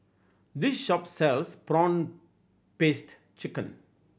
this shop sells prawn paste chicken